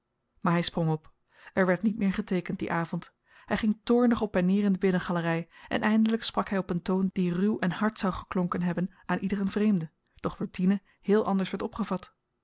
maar hy sprong op er werd niet meer geteekend dien avend hy ging toornig op-en-neer in de binnengalery en eindelyk sprak hy op een toon die ruw en hard zou geklonken hebben aan iederen vreemde doch door tine heel anders werd opgevat